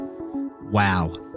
Wow